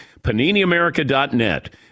PaniniAmerica.net